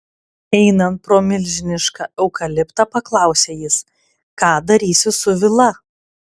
einant pro milžinišką eukaliptą paklausė jis ką darysi su vila